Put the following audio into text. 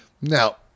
now